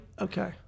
Okay